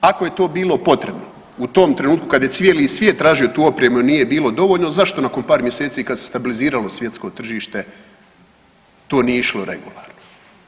Ako je to bilo potrebno u tom trenutku kada je cijeli svijet tražio tu opremu jer nije bilo dovoljno zašto nakon par mjeseci kad se stabiliziralo svjetsko tržište to nije išlo regularno.